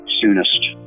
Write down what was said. soonest